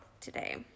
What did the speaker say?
today